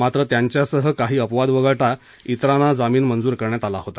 मात्र त्यांच्यासह काही अपवाद वगळता जिरांना जामीन मंजूर करण्यात आला होता